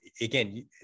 again